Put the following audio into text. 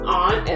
on